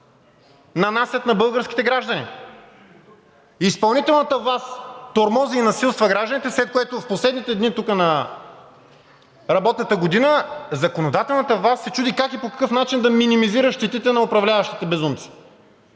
нанасят на българските граждани? Изпълнителната власт тормози и насилства гражданите, след което тук в последните дни на работната година законодателната власт се чуди как и по какъв начин да минимизира щетите на управляващите безумци.